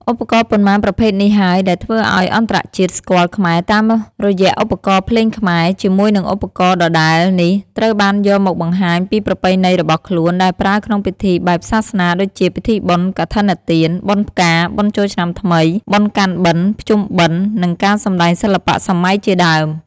ឧបករណ៏ប៉ុន្មានប្រភេទនេះហើយដែលធ្វើអោយអន្តរជាតិស្គាល់ខ្មែរតាមរយឧបករណ៏ភ្លេងខ្មែរ ជាមួយនិងឧបករណ៏ដដែលនេះត្រូវបានយកមកបង្ហាញពីប្រពៃណីរបស់ខ្លួនដែលប្រើក្នុងពិធីបែបសាសនាដូចជាពិធីបុណ្យកឋិនទាន បុណ្យផ្កា បុណ្យចូលឆ្នាំថ្មី បុណ្យកាន់បិណ្យ ភ្ជំុបិណ្យ និងការសំដែងសិល្បៈសម័យជាដើម។